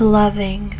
loving